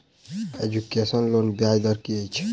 Education लोनक ब्याज दर की अछि?